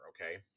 okay